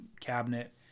cabinet